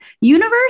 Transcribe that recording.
Universe